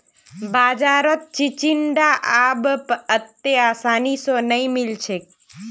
बाजारत चिचिण्डा अब अत्ते आसानी स नइ मिल छेक